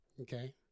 okay